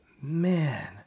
man